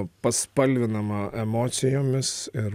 paspalvinama emocijomis ir